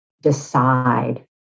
decide